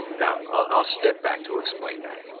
now, i'll step back to explain that.